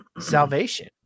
salvation